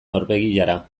norbegiara